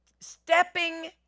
stepping